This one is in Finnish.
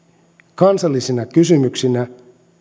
kansallisina kysymyksinä